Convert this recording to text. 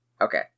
Okay